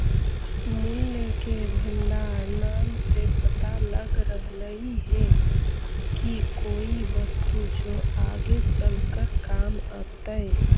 मूल्य के भंडार नाम से पता लग रहलई हे की कोई वस्तु जो आगे चलकर काम अतई